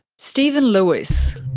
steven lewis.